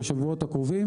בשבועות הקרובים